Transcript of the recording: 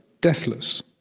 deathless